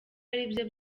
aribyo